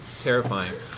terrifying